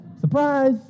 surprise